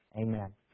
Amen